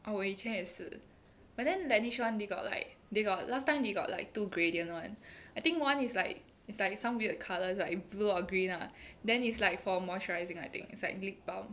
orh 我以前也是 but then Laneige [one] they got like they got last time they got like two gradient [one] I think one is like is like some weird colour is like blue or green lah then is like for moisturising I think it's like lip balm